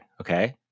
okay